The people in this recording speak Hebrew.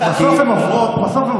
בסוף הן עוברות.